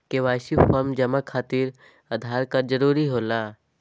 KYC form जमा खातिर Aadhaar card जरूरी होला?